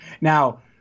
Now